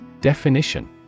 Definition